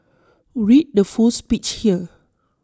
read the full speech here